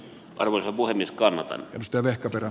arvoisa puhemies karen ström vehkaperä